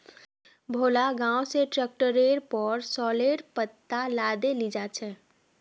भोला गांव स ट्रैक्टरेर पर सॉरेलेर पत्ता लादे लेजा छ